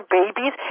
babies